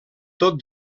tot